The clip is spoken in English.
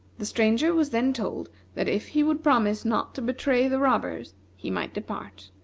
the stranger was then told that if he would promise not to betray the robbers he might depart.